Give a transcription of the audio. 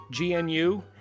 GNU